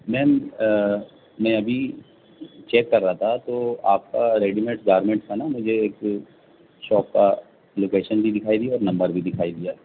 میم میں ابھی چیک کر رہا تھا تو آپ کا ریڈی میڈ گارمنٹ تھا نا مجھے ایک شاپ کا لوکیشن بھی دکھائی دیا اور نمبر بھی دکھائی دیا